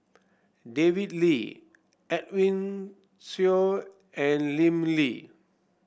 David Lee Edwin Siew and Lim Lee